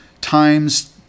times